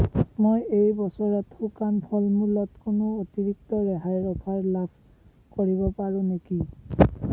মই এই বছৰত শুকান ফল মূলত কোনো অতিৰিক্ত ৰেহাইৰ অফাৰ লাভ কৰিব পাৰোঁ নেকি